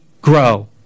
grow